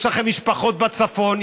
יש לכם משפחות בצפון,